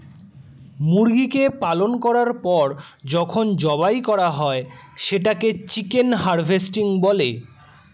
মুরগিকে পালন করার পর যখন জবাই করা হয় সেটাকে চিকেন হারভেস্টিং বলে